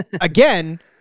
again